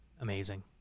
Amazing